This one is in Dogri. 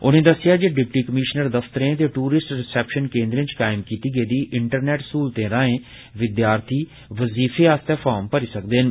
उनें दस्सेआ जे डिप्टी कमीश्नर दफतरें ते दूरिस्ट रिसैपशन केन्द्रें च कायम कीती गेदी इंटरनेट स्हूलतें राएं विद्यार्थी बजीफें आस्तै फार्म भरी सकदे न